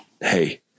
Hey